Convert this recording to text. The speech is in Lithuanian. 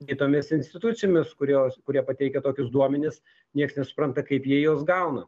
kitomis institucijomis kurios kurie pateikia tokius duomenis nieks nesupranta kaip jie juos gauna